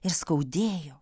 ir skaudėjo